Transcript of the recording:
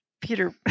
Peter